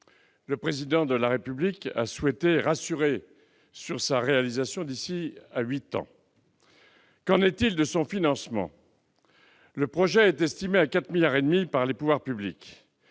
Le Président de la République a souhaité rassurer sur sa réalisation d'ici à huit ans. Qu'en est-il de son financement ? Le projet est estimé à 4,5 milliards d'euros par les pouvoirs publics.